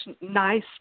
nice